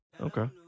Okay